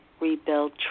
rebuild